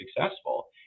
successful